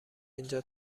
اینجا